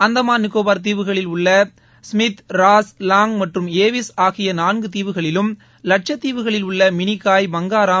அந்தமான் நிகோபார் தீவுகளில் உள்ள Smith Ross Long மற்றும் ஏவிஸ் ஆகிய நான்கு தீவுகளிலும் லட்சத்தீவுகளில் உள்ள மினிகாய் பங்காராம்